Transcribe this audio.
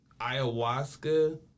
Ayahuasca